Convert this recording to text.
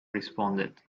responded